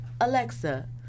Alexa